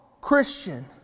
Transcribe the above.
Christian